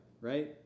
right